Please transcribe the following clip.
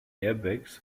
airbags